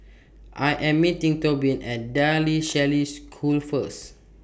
I Am meeting Tobin At De La Salle School First